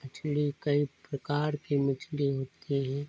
मछली कई प्रकार की मछली होती हैं